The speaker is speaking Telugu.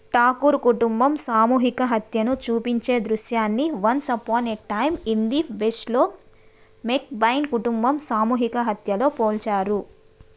ఠాకూర్ కుటుంబం సామూహిక హత్యను చూపించే దృశ్యాన్ని once upon a time in the వెస్ట్లో మెక్బైన్ కుటుంబం సామూహిక హత్యలో పోల్చారు